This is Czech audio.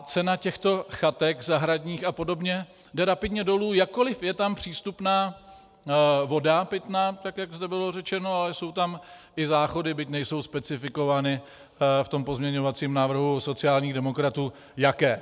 Cena těchto chatek zahradních a podobně jde rapidně dolů, jakkoliv je tam přístupná pitná voda, tak jak to zde bylo řečeno, ale jsou tam i záchody, byť nejsou specifikované v tom pozměňovacím návrhu sociálních demokratů jaké.